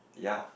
ya